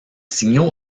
signaux